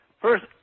First